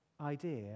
idea